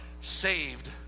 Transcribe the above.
saved